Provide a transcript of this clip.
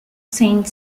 saint